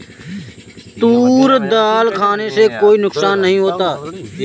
तूर दाल खाने से कोई नुकसान नहीं होता